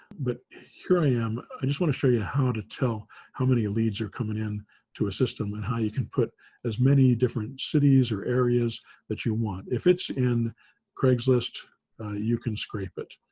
but, here i am, i just want to show you how to tell how many leads are coming in to a system and how you can put as many different cities or areas that you want. if it's in craigslist you can scrape it.